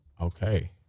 Okay